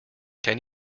can